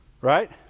Right